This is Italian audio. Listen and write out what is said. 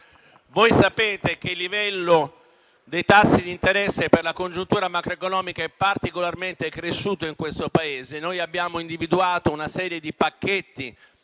Voi sapete che il livello dei tassi di interesse, a causa della congiuntura macroeconomica, è particolarmente cresciuto in questo Paese. Noi abbiamo individuato una serie di pacchetti,